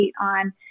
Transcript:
on